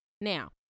Now